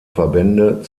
verbände